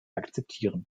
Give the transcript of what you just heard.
akzeptieren